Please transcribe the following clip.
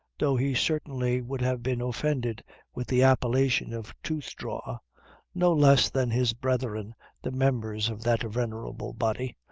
though he certainly would have been offended with the appellation of tooth-drawer no less than his brethren, the members of that venerable body,